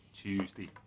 Tuesday